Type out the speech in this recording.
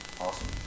awesome